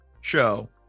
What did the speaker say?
show